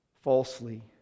falsely